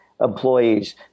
employees